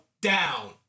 down